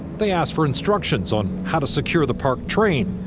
they asked for instructions on how to secure the parked train.